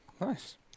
Nice